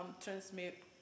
transmit